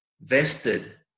vested